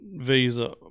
visa